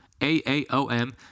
AAOM